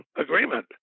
agreement